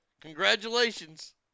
congratulations